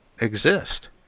exist